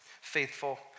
faithful